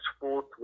fourth